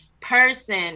person